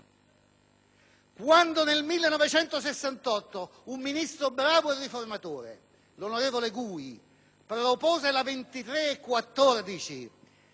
Quando, nel 1968, un ministro bravo e riformatore, l'onorevole Gui, presentò il